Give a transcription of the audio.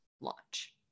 launch